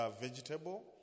vegetable